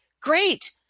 great